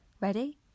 Ready